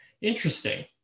Interesting